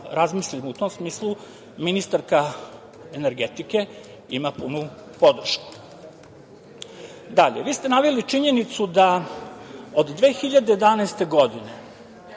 razmislimo. U tom smislu, ministarska energetike ima punu podršku. Dalje, vi ste naveli činjenicu da od 2011. godine,